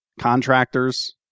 Contractors